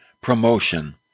promotion